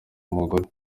umugore